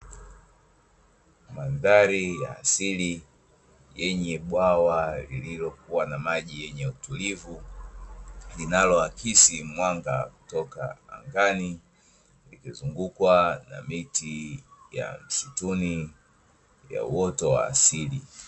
Mandhari ya asili yenye bwawa lililokuwa na maji yenye utulivu linaloakisi mwanga kutoka angani, likizungukwa na miti ya msituni ya uoto wa asili.